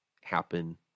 happen